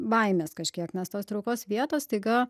baimės kažkiek nes tos traukos vietos staiga